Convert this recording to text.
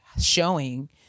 showing